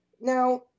Now